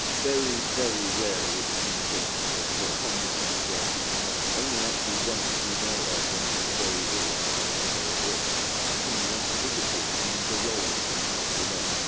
very, very rarely would the king kind of condescend to go and see cromwell. only actually once we know of he was very ill when cromwell was very ill the king went to visit him in the rolls in chancery lane,